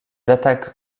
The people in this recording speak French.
attaques